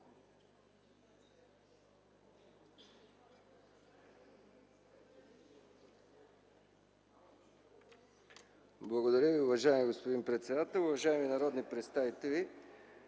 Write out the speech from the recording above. Благодаря Ви, уважаеми господин председател. Уважаеми народни представители!